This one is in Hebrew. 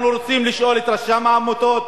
אנחנו רוצים לשאול את רשם העמותות,